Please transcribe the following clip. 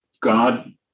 God